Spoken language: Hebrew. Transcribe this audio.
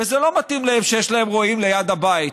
וזה לא מתאים להם שיש להם רועים ליד הבית.